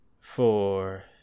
four